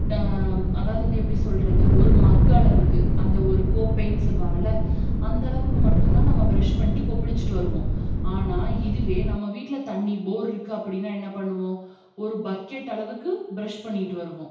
அதாவது வந்து எப்படி சொல்கிறது ஒரு மக் அளவுக்கு அந்த ஒரு கோப்பைன்னு சொல்வாங்களே அந்தளவுக்கு மட்டும்தான் நம்ம ப்ரெஷ் பண்ணிட்டு கொப்பளிச்சிட்டு வருவோம் ஆனால் இதுவே நம்ம வீட்டில் தண்ணி போர் இருக்குது அப்படின்னா என்ன பண்ணுவோம் ஒரு பக்கெட் அளவுக்கு ப்ரெஷ் பண்ணிவிட்டு வருவோம்